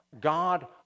God